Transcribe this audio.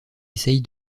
essaye